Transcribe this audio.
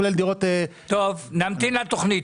כולל דירות --- נמתין לתוכנית.